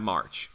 March